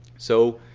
so,